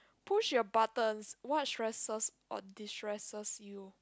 push your buttons what stresses or distresses you